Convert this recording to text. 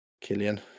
Killian